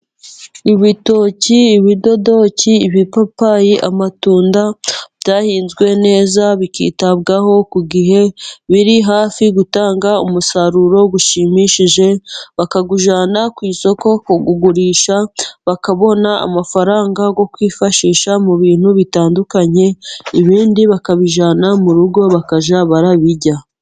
Ibitoki, ibidodoki, ibipapayi, amatunda, byahinzwe neza bikitabwaho ku gihe, biri hafi gutanga umusaruro ushimishije, bakawujyana ku isoko kuwugurisha, bakabona amafaranga yo kwifashisha mu bintu bitandukanye, ibindi bakabijyana mu rugo bakajya barabirya.